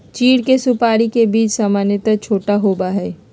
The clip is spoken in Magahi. चीड़ के सुपाड़ी के बीज सामन्यतः छोटा होबा हई